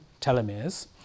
telomeres